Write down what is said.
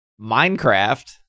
Minecraft